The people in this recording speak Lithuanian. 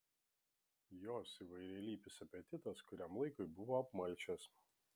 jos įvairialypis apetitas kuriam laikui buvo apmalšęs